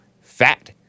fat